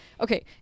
okay